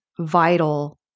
vital